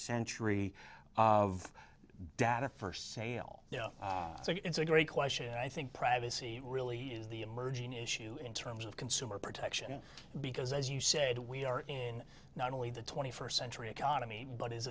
century of data first sale so it's a great question and i think privacy really is the emerging issue in terms of consumer protection because as you said we are in not only the twenty first century economy but is